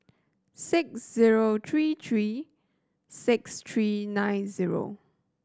six zero three three six three nine zero